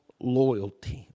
loyalty